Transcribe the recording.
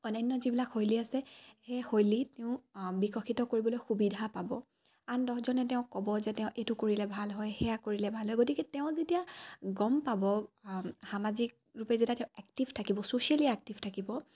অন্যান্য যিবিলাক শৈলী আছে সেই শৈলীটো বিকশিত কৰিবলৈ সুবিধা পাব আন দহজনে তেওঁক ক'ব যে তেওঁ এইটো কৰিলে ভাল হয় সেয়া কৰিলে ভাল হয় গতিকে তেওঁ যেতিয়া গম পাব সামাজিক ৰূপে যেতিয়া তেওঁ এক্টিভ থাকিব ছ'চিয়েলি এক্টিভ থাকিব